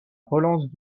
relance